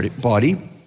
body